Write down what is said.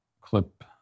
clip